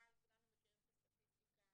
אבל כולנו מכירים את הסטטיסטיקה